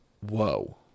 Whoa